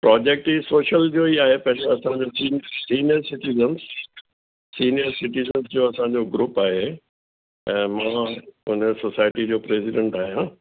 project ई social जो ई आहे असांजो सिनियर सिटीज़न सिनियर सिटीज़न जो असांजो ग्रूप आहे ऐं मां हिन सोसाएटी जो प्रेसीडंट आहियां